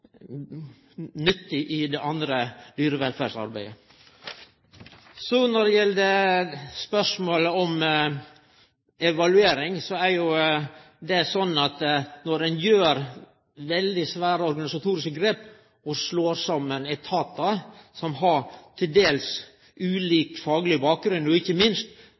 nyttig i det andre dyrevelferdsarbeidet. Når det så gjeld spørsmålet om evaluering, er det jo sånn at når ein gjer veldig svære organisatoriske grep og slår saman etatar som har til dels ulik fagleg bakgrunn og ikkje minst